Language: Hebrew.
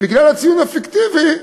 ובגלל הציון הפיקטיבי,